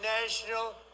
national